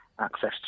access